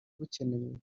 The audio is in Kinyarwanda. bukenewe